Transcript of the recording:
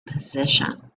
position